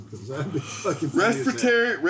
respiratory